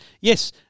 Yes